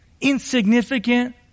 insignificant